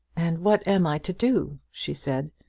and what am i to do? she said.